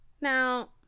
Now